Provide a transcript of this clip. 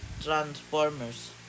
transformers